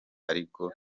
ariko